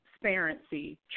transparency